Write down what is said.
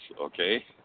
okay